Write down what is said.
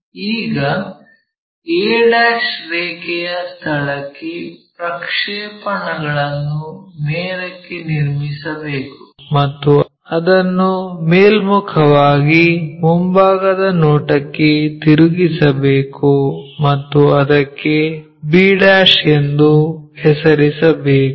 ಈಗ a ರೇಖೆಯ ಸ್ಥಳಕ್ಕೆ ಪ್ರಕ್ಷೇಪಣಗಳನ್ನು ಮೇಲಕ್ಕೆ ನಿರ್ಮಿಸಬೇಕು ಮತ್ತು ಅದನ್ನು ಮೇಲ್ಮುಖವಾಗಿ ಮುಂಭಾಗದ ನೋಟಕ್ಕೆ ತಿರುಗಿಸಬೇಕು ಮತ್ತು ಅದಕ್ಕೆ b ಎಂದು ಹೆಸರಿಸಬೇಕು